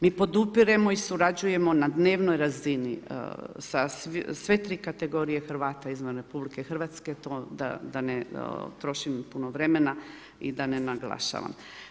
Mi podupiremo i surađujemo na dnevnoj razini sa sve tri kategorije Hrvata izvan RH, to da ne trošim puno vremena i da ne naglašavam.